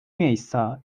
miejsca